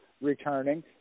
returning